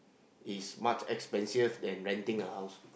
is much expensive then renting a house